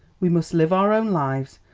we must live our own lives,